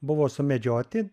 buvo sumedžioti